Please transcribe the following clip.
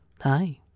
Hi